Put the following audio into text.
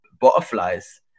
butterflies